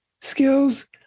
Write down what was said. skills